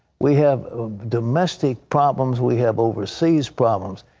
we have domestic problems. we have overseas problems.